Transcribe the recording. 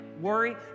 Worry